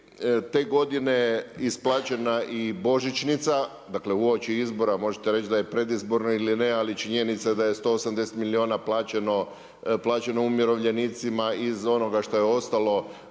te godine isplaćena i božićnica dakle uoči izbora, možete reći da je predizborno ili ne, ali činjenica da je 180 milijuna plaćeno umirovljenicima iz onoga što je ostalo